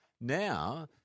now